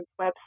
website